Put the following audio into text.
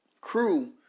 Crew